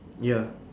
ya